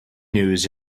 news